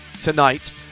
tonight